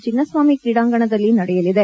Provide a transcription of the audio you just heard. ಚಿನ್ನಸ್ವಾಮಿ ಕ್ರೀಡಾಂಗಣದಲ್ಲಿ ನಡೆಯಲಿದೆ